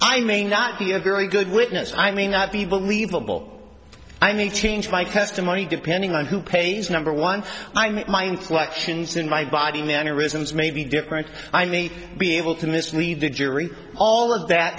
i may not be a very good witness i may not be believable i mean change my testimony depending on who pays number one i mean my inflections in my body the aneurysms may be different i may be able to mislead the jury all of that